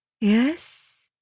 Yes